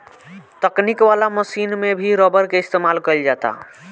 तकनीक वाला समान में भी रबर के इस्तमाल कईल जाता